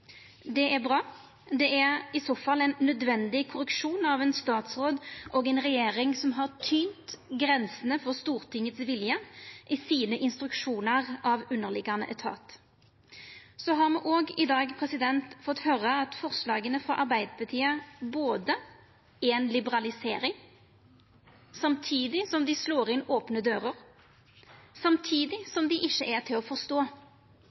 Det er bra. Det er i så fall ein nødvendig korreksjon av ein statsråd og ei regjering som har tynt grensene for Stortingets vilje i sine instruksjonar av underliggjande etat. Me har i dag òg fått høyra at forslaga frå Arbeidarpartiet er ei liberalisering, samtidig som dei slår inn opne dører, og samtidig som dei ikkje er til å forstå.